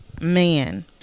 man